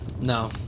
No